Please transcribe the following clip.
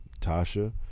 Tasha